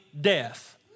death